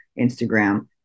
instagram